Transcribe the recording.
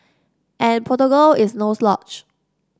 and Portugal is no slouch